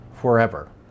forever